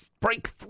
break